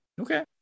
okay